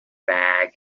bag